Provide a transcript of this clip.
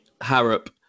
Harrop